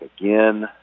again